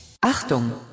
Achtung